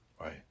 Right